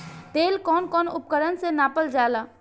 तेल कउन कउन उपकरण से नापल जाला?